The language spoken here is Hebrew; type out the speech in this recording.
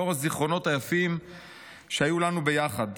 לאור הזיכרונות היפים שהיו לנו ביחד.